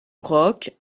rock